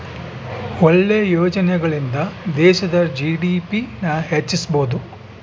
ಒಳ್ಳೆ ಯೋಜನೆಗಳಿಂದ ದೇಶದ ಜಿ.ಡಿ.ಪಿ ನ ಹೆಚ್ಚಿಸ್ಬೋದು